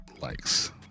likes